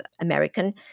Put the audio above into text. American